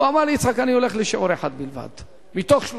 הוא אמר לי: יצחק,